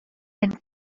and